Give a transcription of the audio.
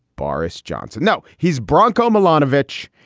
boris johnson. no, he's broncho milanovich.